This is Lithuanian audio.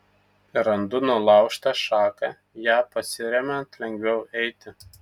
randu nulaužtą šaką ja pasiremiant lengviau eiti